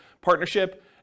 partnership